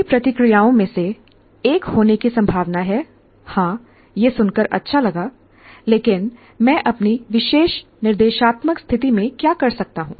पहली प्रतिक्रियाओं में से एक होने की संभावना है हां यह सुनकर अच्छा लगा लेकिन मैं अपनी विशेष निर्देशात्मक स्थिति में क्या कर सकता हूं